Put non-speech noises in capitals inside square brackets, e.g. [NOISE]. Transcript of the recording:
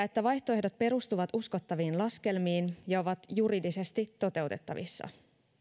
[UNINTELLIGIBLE] että vaihtoehdot perustuvat uskottaviin laskelmiin ja ovat juridisesti toteutettavissa